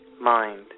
mind